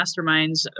masterminds